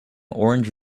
orange